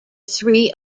three